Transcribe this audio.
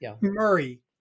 Murray